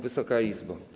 Wysoka Izbo!